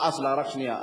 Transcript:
סליחה, רק שנייה.